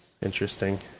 Interesting